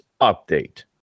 Update